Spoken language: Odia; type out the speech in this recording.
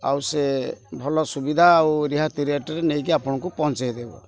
ଆଉ ସେ ଭଲ ସୁବିଧା ଆଉ ରିହାତି ରେଟ୍ରେ ନେଇକି ଆପଣଙ୍କୁ ପହଞ୍ଚାଇ ଦେବ